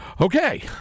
Okay